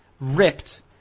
ripped